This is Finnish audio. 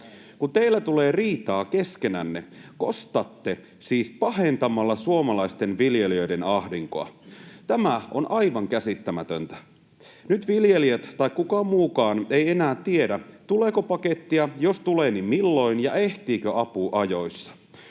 Kun teillä tulee riitaa keskenänne, kostatte siis pahentamalla suomalaisten viljelijöiden ahdinkoa. Tämä on aivan käsittämätöntä. Nyt viljelijät tai ketkään muutkaan eivät enää tiedä, tuleeko pakettia, ja jos tulee, niin milloin ja ehtiikö apu ajoissa.